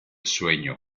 sueño